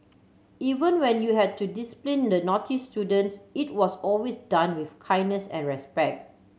even when you had to discipline the naughty students it was always done with kindness and respect